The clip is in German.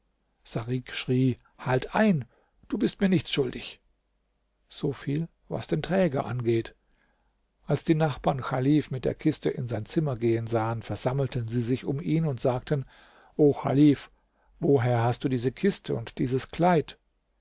sarik schrie halt ein du bist mir nichts schuldig soviel was den träger angeht als die nachbarn chalif mit der kiste in sein zimmer gehen sahen versammelten sie sich um ihn und sagten o chalif woher hast du diese kiste und dieses kleid